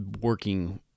working